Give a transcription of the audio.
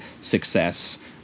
success